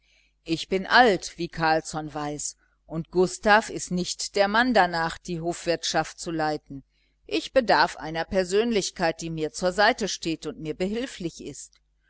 ich bin alt wie carlsson weiß und gustav ist nicht der mann danach die hofwirtschaft zu leiten ich bedarf einer persönlichkeit die mir zur seite steht und mir behilflich ist